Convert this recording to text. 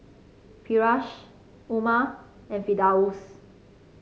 Firash Umar and Firdaus